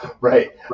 Right